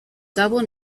double